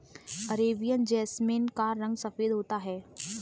Arabian jasmine का रंग सफेद होता है